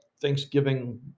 thanksgiving